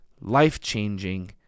life-changing